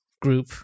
group